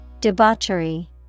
Debauchery